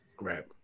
Right